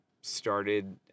started